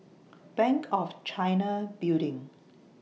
Bank of China Building